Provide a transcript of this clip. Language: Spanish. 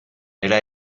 era